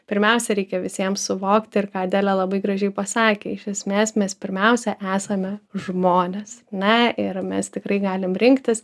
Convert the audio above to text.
pirmiausia reikia visiems suvokti ir ką adelė labai gražiai pasakė iš esmės mes pirmiausia esame žmonės na ir mes tikrai galim rinktis